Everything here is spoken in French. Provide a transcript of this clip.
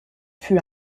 fut